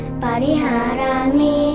pariharami